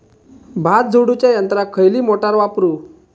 भात झोडूच्या यंत्राक खयली मोटार वापरू?